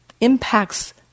impacts